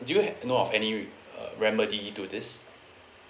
do you ha~ know of any uh remedy to this